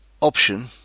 Option